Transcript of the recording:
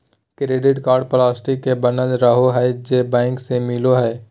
credit card plastic के बनल रहो हइ जे बैंक से मिलो हइ